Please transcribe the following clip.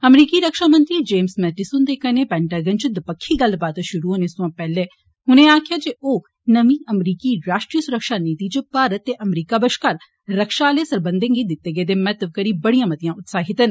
अमरीकी रक्षामंत्री James Mattis हुन्दे कन्नै पैन्टागन च दपक्खी गल्लबात षुरु होने सोया पैहले उनें आक्खेआ जे ओ नमीं अमरीकी राश्ट्रीय सुरक्षा नीति च भारत ते अमरीका बष्कार रक्षा आले सरबंधे गी दिते गेदे महत्व करी बड़ियां मतियां उत्साहित न